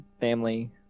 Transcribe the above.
family